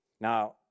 Now